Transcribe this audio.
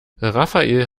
rafael